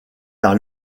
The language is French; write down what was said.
par